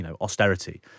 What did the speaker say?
austerity